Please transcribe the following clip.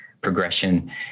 progression